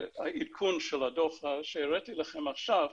עדכון של הדוח שהראיתי לכם עכשיו,